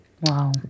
wow